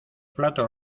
platos